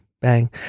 Bang